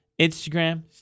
Instagram